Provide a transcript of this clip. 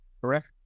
Correct